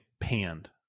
panned